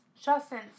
Justin